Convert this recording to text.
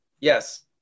yes